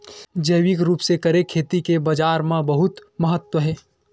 जैविक रूप से करे खेती के बाजार मा बहुत महत्ता हे